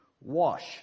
wash